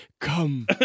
come